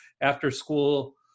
after-school